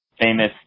famous